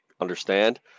understand